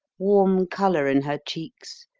warm colour in her cheeks,